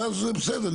ואז זה בסדר,